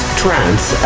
trance